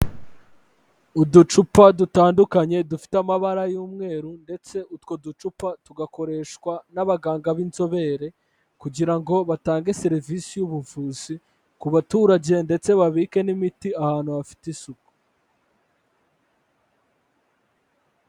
Uducupa dutandukanye dufite amabara y'umweru ndetse utwo ducupa tugakoreshwa n'abaganga b'inzobere kugira ngo batange serivisi y'ubuvuzi, ku baturage ndetse babike n'imiti ahantu hafite isuku.